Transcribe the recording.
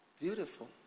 Beautiful